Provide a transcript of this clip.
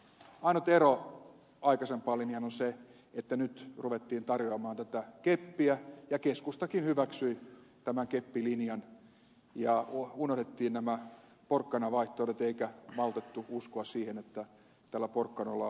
ainut ero aikaisempaan linjaan on se että nyt ruvettiin tarjoamaan tätä keppiä ja keskustakin hyväksyi tämän keppilinjan ja unohdettiin nämä porkkanavaihtoehdot eikä maltettu uskoa siihen että näillä porkkanoilla on vaikutusta